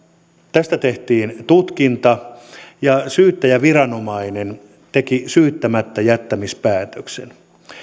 tästä tehtiin tutkinta ja syyttäjäviranomainen teki syyttämättäjättämispäätöksen